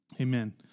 Amen